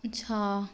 अच्छा